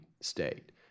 state